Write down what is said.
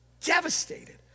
Devastated